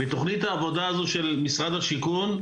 בתוכנית העובדה הזו של משרד השיכון,